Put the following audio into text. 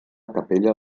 capella